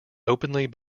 openly